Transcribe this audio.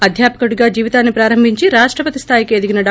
అధ్యాపకుడిగా జీవితాన్ని ప్రారంభించి రాష్టపతి స్థాయికి ్ఎదిగిన డా